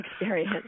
experience